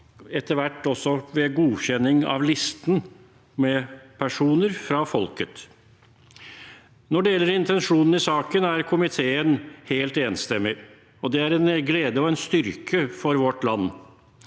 etter hvert også ved godkjenning av listen med personer fra folket. Når det gjelder intensjonen i saken, er komiteen helt enstemmig, og det er en glede og en styrke for vårt land.